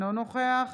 אינו נוכח